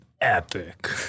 epic